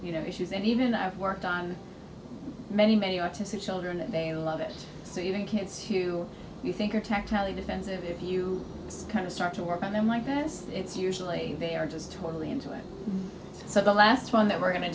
you know issues and even i've worked on many many autistic children and they love it so and kids who you think are tactile the defense if you kind of start to work on them like this it's usually they are just totally into it so the last one that we're going to